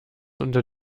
unter